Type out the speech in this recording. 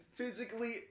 Physically